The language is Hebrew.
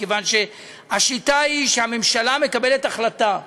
מכיוון שהשיטה היא שכשהממשלה מקבלת החלטה,